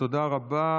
תודה רבה